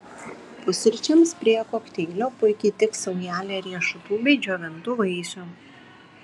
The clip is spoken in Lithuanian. pusryčiams prie kokteilio puikiai tiks saujelė riešutų bei džiovintų vaisių